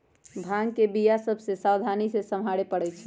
भांग के बीया सभ के सावधानी से सम्हारे परइ छै